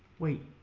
wait,